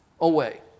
away